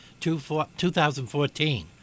2014